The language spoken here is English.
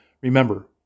Remember